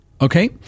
okay